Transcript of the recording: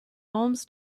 alms